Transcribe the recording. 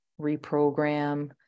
reprogram